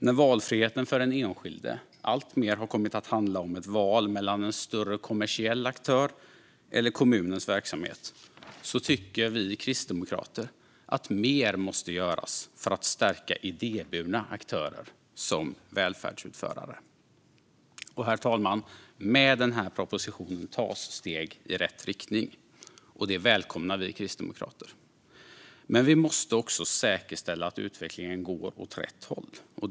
När valfriheten för den enskilde alltmer kommit att handla om ett val mellan en större kommersiell aktör eller kommunens verksamhet tycker vi kristdemokrater att mer måste göras för att stärka idéburna aktörer som välfärdsutförare. Herr talman! Med den här propositionen tas steg i rätt riktning. Det välkomnar vi kristdemokrater. Men vi måste också säkerställa att utvecklingen går åt rätt håll.